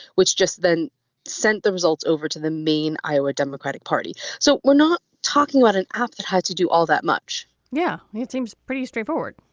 which just then sent the results over to the main iowa democratic party. so we're not talking about an app that has to do all that much yeah, it seems pretty straightforward.